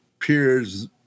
peers